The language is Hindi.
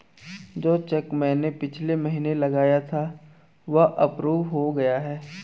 जो चैक मैंने पिछले महीना लगाया था वह अप्रूव हो गया है